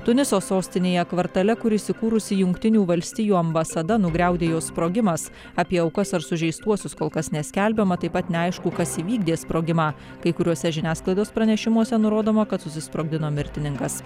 tuniso sostinėje kvartale kur įsikūrusi jungtinių valstijų ambasada nugriaudėjo sprogimas apie aukas ar sužeistuosius kol kas neskelbiama taip pat neaišku kas įvykdė sprogimą kai kuriuose žiniasklaidos pranešimuose nurodoma kad susisprogdino mirtininkas